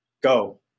Go